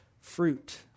fruit